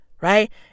right